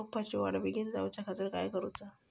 रोपाची वाढ बिगीन जाऊच्या खातीर काय करुचा?